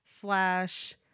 slash